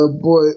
boy